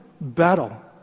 battle